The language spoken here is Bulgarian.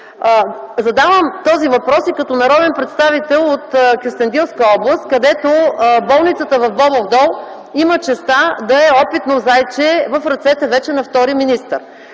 Задавам този въпрос и като народен представител от Кюстендилска област, където болницата в Бобов дол има честта да е опитно зайче в ръцете на втори министър.